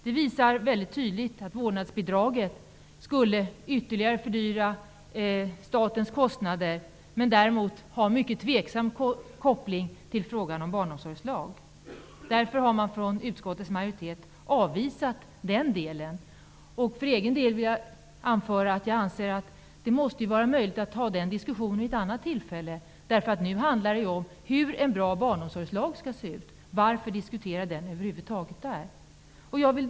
Det visas väldigt tydligt att vårdnadsbidraget skulle fördyra statens kostnader ytterligare och att kopplingen till barnomsorgslagen är mycket tveksam. Därför har utskottets majoritet avvisat den delen av propositionen. Jag vill för egen del anföra att det måste vara möjligt att ta den diskussionen vid ett annat tillfälle. Nu handlar det om hur en bra barnomsorgslag skall se ut. Varför skall man över huvud taget diskutera frågan om vårdnadsbidrag i det sammanhanget?